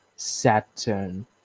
Saturn